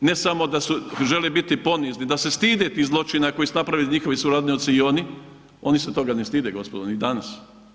Ne samo da žele biti ponizni, da se stide tih zločina koje su napravili njihovi sunarodnjaci i oni, oni se toga ne stide, gospodo, ni danas.